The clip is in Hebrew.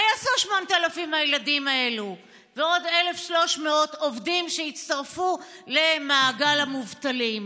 מה יעשו 8,000 הילדים האלה ועוד 1,300 עובדים שיצטרפו למעגל המובטלים?